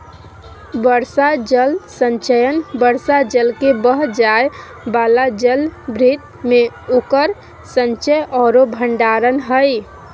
वर्षा जल संचयन वर्षा जल के बह जाय वाला जलभृत में उकर संचय औरो भंडारण हइ